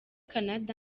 canada